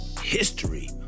history